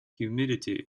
humidity